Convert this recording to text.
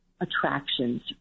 attractions